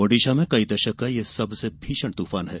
ओडिशा में कई दशकों का यह सबसे भीषण तूफान है